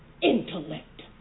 Intellect